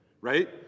right